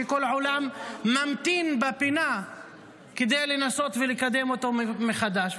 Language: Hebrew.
שכל העולם ממתין בפינה כדי לנסות ולקדם אותו מחדש.